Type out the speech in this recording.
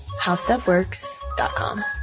howstuffworks.com